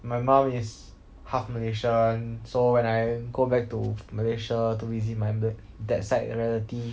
my mum is half malaysian so when I go back to malaysia to visit my that side relative